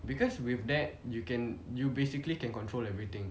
because with that you can you basically can control everything